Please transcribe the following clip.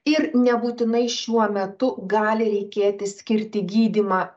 ir nebūtinai šiuo metu gali reikėti skirti gydymą